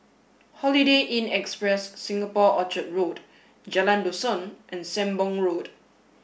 holiday Inn Express Singapore Orchard Road Jalan Dusun and Sembong Road